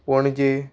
Panaji